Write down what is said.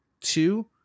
two